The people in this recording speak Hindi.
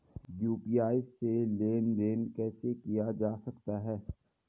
यु.पी.आई से लेनदेन कैसे किया जा सकता है?